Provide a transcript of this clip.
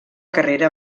carrera